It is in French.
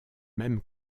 même